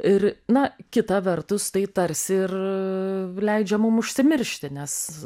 ir na kita vertus tai tarsi ir leidžia mum užsimiršti nes